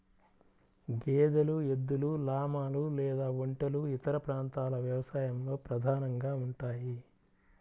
గేదెలు, ఎద్దులు, లామాలు లేదా ఒంటెలు ఇతర ప్రాంతాల వ్యవసాయంలో ప్రధానంగా ఉంటాయి